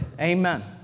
Amen